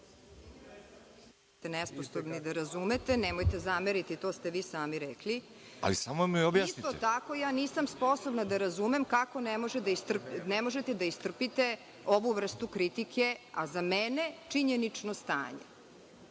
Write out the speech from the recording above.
Niste nesposobni da razumete, nemojte zameriti, to ste vi sami rekli. Isto tako, ja nisam sposobna da razumem kako ne možete da istrpite ovu vrstu kritike, a za mene činjenično stanje.